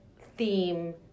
theme